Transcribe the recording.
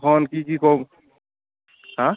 এখন কি কি ক'ম হাঁ